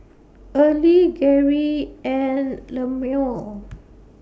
Early Geri and Lemuel